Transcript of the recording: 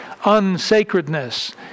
unsacredness